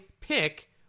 pick